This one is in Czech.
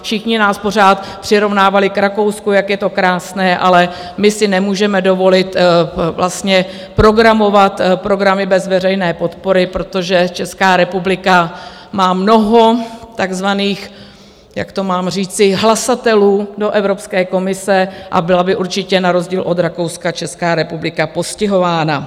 Všichni nás pořád přirovnávali k Rakousku, jak je to krásné, ale my si nemůžeme dovolit programovat programy bez veřejné podpory, protože Česká republika má mnoho takzvaných, jak to mám říci, hlasatelů do Evropské komise a byla by určitě na rozdíl od Rakouska Česká republika postihována.